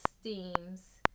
steams